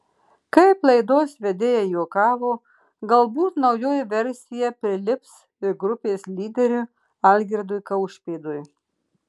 kaip laidos vedėjai juokavo galbūt naujoji versija prilips ir grupės lyderiui algirdui kaušpėdui